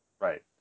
right